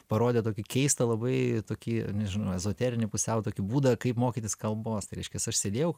parodė tokį keistą labai tokį nežinau ezoterinį pusiau tokį būdą kaip mokytis kalbos tai reiškias aš sėdėjau